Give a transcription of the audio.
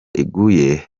iguye